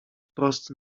wprost